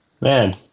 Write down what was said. man